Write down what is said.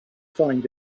find